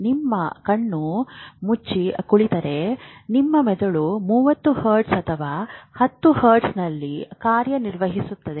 ನಿಮ್ಮ ಕಣ್ಣು ಮುಚ್ಚಿ ಕುಳಿತಿದ್ದರೆ ನಿಮ್ಮ ಮೆದುಳು 30 ಹರ್ಟ್ಜ್ ಅಥವಾ 10 ಹರ್ಟ್ಜ್ ನಲ್ಲಿ ಕಾರ್ಯನಿರ್ವಹಿಸುತ್ತಿದೆ